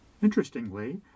Interestingly